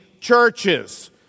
churches